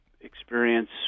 experience